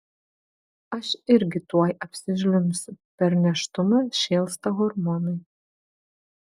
aš irgi tuoj apsižliumbsiu per nėštumą šėlsta hormonai